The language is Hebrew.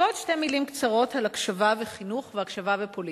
עוד שתי מלים קצרות על הקשבה וחינוך והקשבה ופוליטיקה.